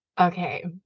Okay